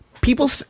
People –